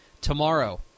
Tomorrow